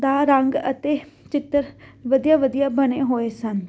ਦਾ ਰੰਗ ਅਤੇ ਚਿੱਤਰ ਵਧੀਆ ਵਧੀਆ ਬਣੇ ਹੋਏ ਸਨ